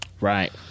right